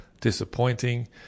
disappointing